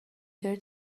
داره